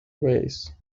raise